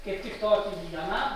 kaip tik tokį vieną